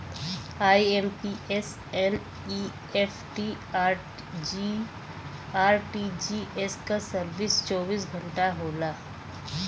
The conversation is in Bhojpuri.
आई.एम.पी.एस, एन.ई.एफ.टी, आर.टी.जी.एस क सर्विस चौबीस घंटा होला